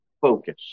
focus